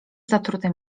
zatrute